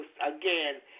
again